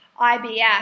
IBS